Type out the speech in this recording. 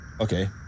Okay